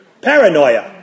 paranoia